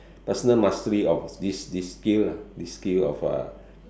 personal mastery of this this skill lah this skill of uh